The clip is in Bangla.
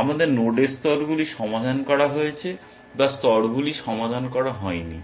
আমাদের নোডের স্তরগুলি সমাধান করা হয়েছে বা স্তরগুলি সমাধান করা হয়নি